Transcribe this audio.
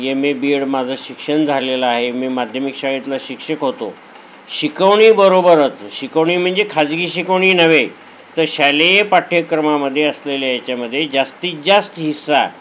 M A B Ed माझं शिक्षण झालेलं आहे मी माध्यमिक शाळेतला शिक्षक होतो शिकवणी बरोबरच शिकवणी म्हणजे खाजगी शिकवणी नव्हे तर शालेय पाठ्यक्रमामध्ये असलेल्या याच्यामध्ये जास्तीत जास्त हिस्सा